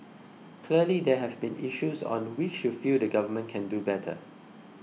clearly there have been issues on which you feel the government can do better